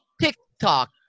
TikTok